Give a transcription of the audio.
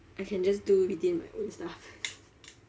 I can just do within my own stuff